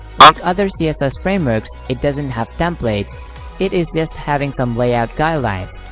like other css frameworks, it doesn't have templates it is just having some layout guidelines,